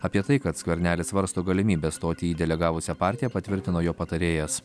apie tai kad skvernelis svarsto galimybę stoti į delegavusią partiją patvirtino jo patarėjas